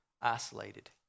isolated